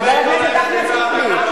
חבר הכנסת אחמד טיבי.